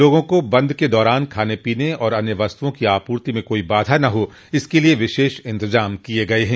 लोगों को बंद के दौरान खाने पीने तथा अन्य वस्तुओं की आपूर्ति में कोई बाधा न हो इसके लिये विशेष इंतजाम किये गये हैं